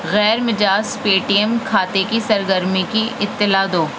غیر مجاز Paytm کھاتے کی سرگرمی کی اطلاع دو